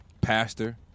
pastor